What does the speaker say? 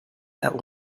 that